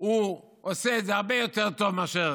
הוא עושה את זה הרבה יותר טוב מאשר